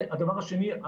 ודבר שני,